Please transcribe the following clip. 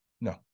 No